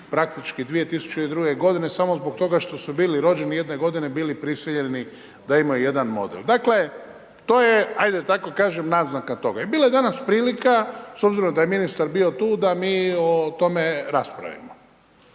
praktički 2002. godine samo zbog toga što su bili rođeni jedne godine bili prisiljeni da imaju jedan model. Dakle to je, ajde da tako kažem naznaka toga. Bilo je danas prilika, s obzirom da je ministar bio tu, da mi o tome raspravimo.